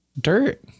dirt